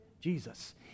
Jesus